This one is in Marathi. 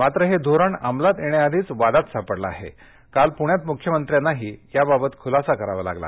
मात्र हेत्रिरण अमलात यष्ट्रीआधीच वादात सापडलं आह क्रिाल पूण्यात मुख्यमंत्र्यांनाही याबाबत खुलासा करावा लागला